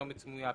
פרסומת סמויה,